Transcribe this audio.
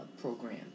program